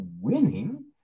winning